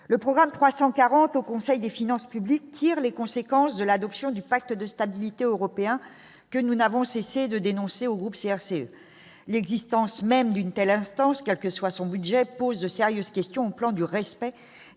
le programme 340 au conseil des finances publiques, tire les conséquences de l'adoption du pacte de stabilité européen que nous n'avons cessé de dénoncer au groupe CRC l'existence même d'une telle instance quelque que soit son budget pose de sérieuses questions plan du respect